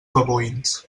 babuïns